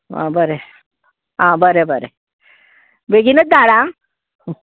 आं बरें आं बरें बरें बेगीनूच धाड आं